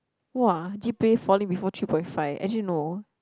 !wow! G_P_A falling before three point five actually no